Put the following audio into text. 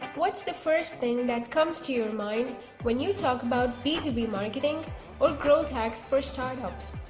what's the first thing that comes to your mind when you talk about b two b marketing or growth hacks for startups.